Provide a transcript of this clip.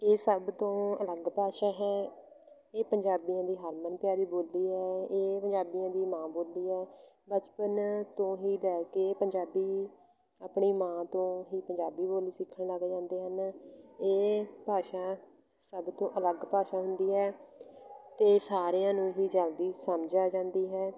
ਇਹ ਸਭ ਤੋਂ ਅਲੱਗ ਭਾਸ਼ਾ ਹੈ ਇਹ ਪੰਜਾਬੀਆਂ ਦੀ ਹਰਮਨ ਪਿਆਰੀ ਬੋਲੀ ਹੈ ਇਹ ਪੰਜਾਬੀਆਂ ਦੀ ਮਾਂ ਬੋਲੀ ਹੈ ਬਚਪਨ ਤੋਂ ਹੀ ਰਹਿ ਕੇ ਪੰਜਾਬੀ ਆਪਣੀ ਮਾਂ ਤੋਂ ਹੀ ਪੰਜਾਬੀ ਬੋਲੀ ਸਿੱਖਣ ਲੱਗ ਜਾਂਦੇ ਹਨ ਇਹ ਭਾਸ਼ਾ ਸਭ ਤੋਂ ਅਲੱਗ ਭਾਸ਼ਾ ਹੁੰਦੀ ਹੈ ਅਤੇ ਸਾਰਿਆਂ ਨੂੰ ਹੀ ਜਲਦੀ ਸਮਝ ਆ ਜਾਂਦੀ ਹੈ